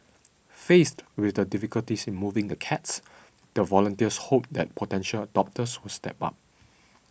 faced with the difficulties in moving the cats the volunteers hope that potential adopters will step up